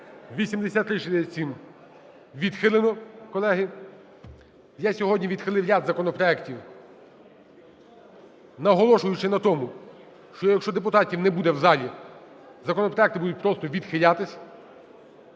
8367 відхилено, колеги. Я сьогодні відхилив ряд законопроектів, наголошуючи на тому, що якщо депутатів не буде в залі, законопроекти будуть просто відхилятись.